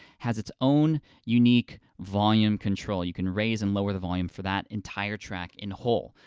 has its own unique volume control. you can raise and lower the volume for that entire track in whole,